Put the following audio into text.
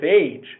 age